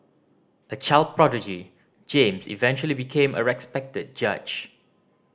a child prodigy James eventually became a respected judge